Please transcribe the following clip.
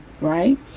right